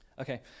Okay